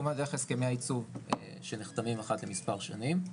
כמובן דרך הסכמי הייצוב שנחתמים אחת למספר שנים.